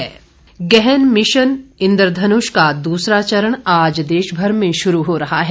mission Indradhanush गहन mission Indradhanush का दूसरा चरण आज देशभर में शुरू हो रहा है